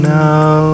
now